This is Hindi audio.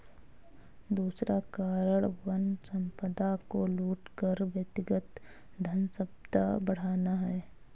दूसरा कारण वन संपदा को लूट कर व्यक्तिगत धनसंपदा बढ़ाना है